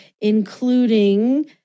including